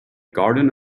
garden